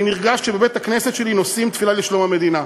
אני נרגש כשבבית-הכנסת שלי נושאים תפילה לשלום המדינה: